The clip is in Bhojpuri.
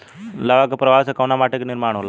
लावा क प्रवाह से कउना माटी क निर्माण होला?